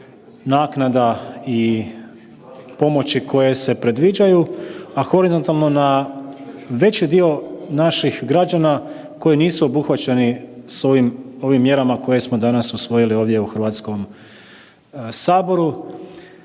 naknada i pomoći koje se predviđaju, a horizontalno na veći dio naših građana koji nisu obuhvaćeni s ovim mjerama koje smo danas usvojili ovdje u HS-u.